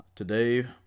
Today